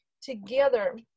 together